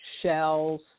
shells